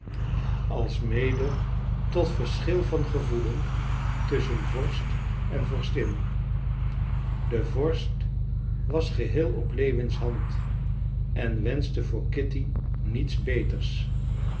alsmede tot verschil van gevoelen tusschen vorst en vorstin de vorst was geheel op lewins hand en wenschte voor kitty niets beters